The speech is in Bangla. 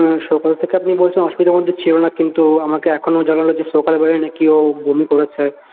হ্যাঁ সকাল থেকে আপনি বলছেন অসুবিধার মধ্যে ছিলো না কিন্তু আমাকে এখন ও জানালো যে সকালবেলায় নাকি ও বমি করেছে